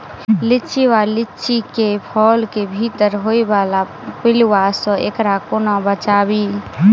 लिच्ची वा लीची केँ फल केँ भीतर होइ वला पिलुआ सऽ एकरा कोना बचाबी?